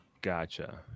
Gotcha